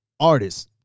Artists